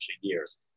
years